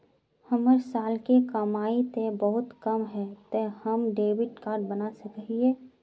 हमर साल के कमाई ते बहुत कम है ते हम डेबिट कार्ड बना सके हिये?